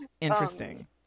Interesting